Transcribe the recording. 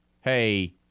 hey